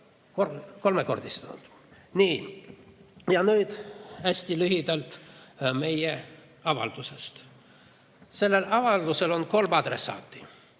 kolmekordistunud. Nii. Nüüd hästi lühidalt meie avaldusest. Sellel avaldusel on kolm adressaati.